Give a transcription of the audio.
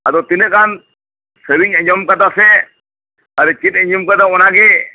ᱟᱫᱚ ᱛᱤᱱᱟᱹᱜ ᱜᱟᱱ ᱥᱟᱹᱨᱤᱧ ᱟᱸᱡᱚᱢ ᱟᱠᱟᱫᱟᱥᱮ ᱪᱮᱫ ᱤᱧ ᱟᱸᱡᱚᱢ ᱟᱠᱟᱫᱟ ᱚᱱᱟᱜᱤ